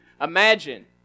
imagine